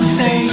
say